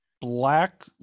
Black